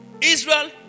Israel